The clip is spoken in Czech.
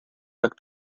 tak